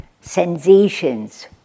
Sensations